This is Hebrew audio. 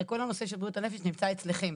הרי כל הנושא של בריאות הנפש נמצא אצלכם,